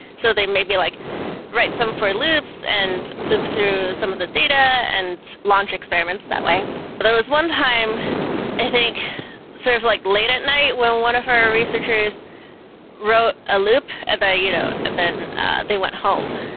so they may be like write some for lyft so and live through some of the data and launch experiments that way. but there was one time i think sort of like late at night when one of our researchers wrote a loop and you know then ah they went home.